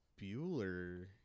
Bueller